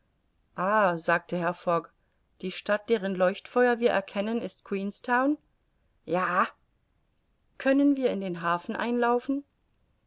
ah sagte herr fogg die stadt deren leuchtfeuer wir erkennen ist queenstown ja können wir in den hafen einlaufen